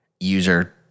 User